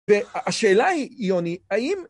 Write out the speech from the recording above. והשאלה היא, יוני, האם